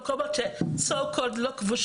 זה הגיע למקומות "לא כבושים",